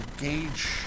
engage